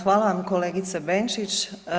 Hvala vam kolegice Benčić.